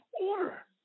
order